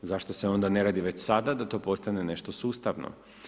Zašto se onda ne radi već sada da to postane nešto sustavno?